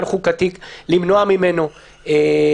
למטרה מהמטרות המפורטות להלן"; (ב)במקום פסקאות משנה (1) ו- (2)